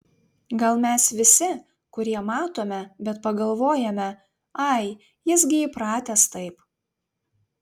gal mes visi kurie matome bet pagalvojame ai jis gi įpratęs taip